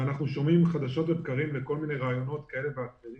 אנחנו שומעים חדשות לבקרים בכל מיני ראיונות כאלה ואחרים